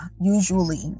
Usually